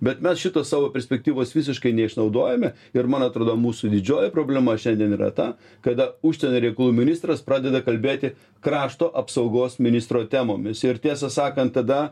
bet mes šito savo perspektyvos visiškai neišnaudojome ir man atrodo mūsų didžioji problema šiandien yra ta kada užsienio reikalų ministras pradeda kalbėti krašto apsaugos ministro temomis ir tiesą sakant tada